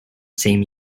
same